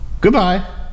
Goodbye